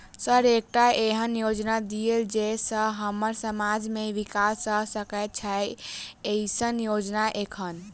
Sir एकटा एहन योजना दिय जै सऽ हम्मर समाज मे विकास भऽ सकै छैय एईसन योजना एखन?